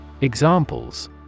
Examples